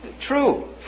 true